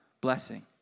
blessing